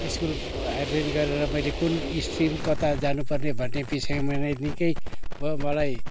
school higher secondary गरेर मैले कुन स्ट्रिम कता जानु पर्ने भन्ने विषयमा मैले निकै मलाई